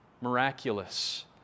miraculous